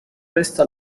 resta